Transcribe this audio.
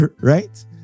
right